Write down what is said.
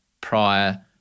prior